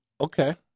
Okay